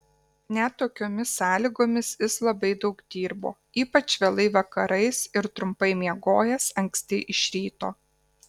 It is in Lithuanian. net tokiomis sąlygomis jis labai daug dirbo ypač vėlai vakarais ir trumpai miegojęs anksti iš ryto